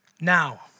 Now